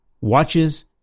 watches